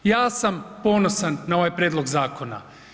Ja sam ponosan na ovaj prijedlog zakona.